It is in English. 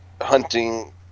hunting